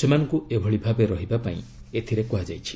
ସେମାନଙ୍କୁ ଏଭଳି ଭାବେ ରହିବା ପାଇଁ ଏଥିରେ କୁହାଯାଇଛି